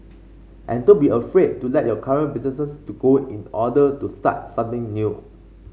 and don't be afraid to let your current business to go in order to start something new